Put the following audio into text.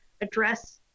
address